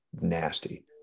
nasty